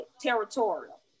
territorial